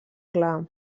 clar